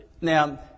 now